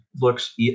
looks